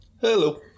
Hello